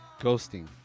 ghosting